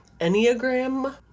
Enneagram